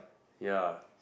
ya